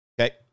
Okay